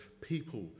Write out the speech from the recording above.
people